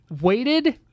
waited